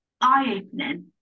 eye-opening